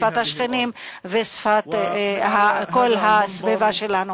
ושפת השכנים ושפת כל הסביבה שלנו.